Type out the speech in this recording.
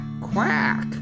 quack